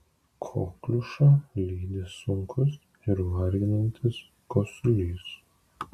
kokliušą lydi sunkus ir varginantis kosulys